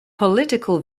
political